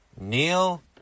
Neil